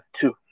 two